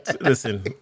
listen